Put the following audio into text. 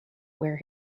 where